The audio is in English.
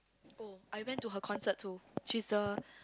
oh I went to her concert too she's a